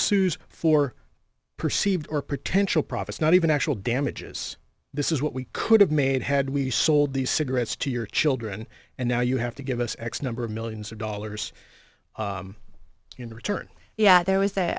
sues for perceived or potential profits not even actual damages this is what we could have made had we sold these cigarettes to your children and now you have to give us x number of millions of dollars in return yeah there was a